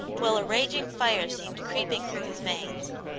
while a raging fire seemed creeping through his veins.